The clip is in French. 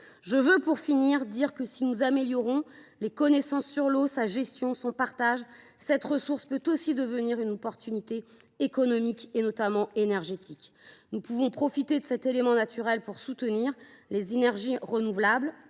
je veux préciser que, si nous améliorons nos connaissances sur l’eau, sa gestion et son partage, celle ci peut aussi devenir une opportunité économique, notamment énergétique. Nous pouvons profiter de cet élément naturel pour soutenir les énergies renouvelables,